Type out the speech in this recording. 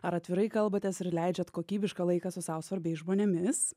ar atvirai kalbatės ir leidžiat kokybišką laiką su sau svarbiais žmonėmis